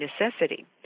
necessity